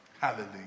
Hallelujah